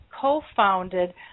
co-founded